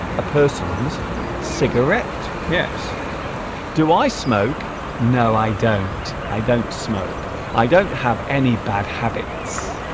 a person's cigarette yes do i smoke no i don't i don't smoke i don't have any bad habits